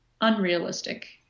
unrealistic